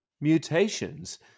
mutations